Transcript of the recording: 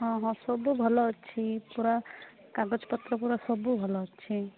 ହଁ ହଁ ସବୁ ଭଲ ଅଛି ପୁରା କାଗଜ ପତ୍ର ପୁରା ସବୁ ଭଲ ଅଛି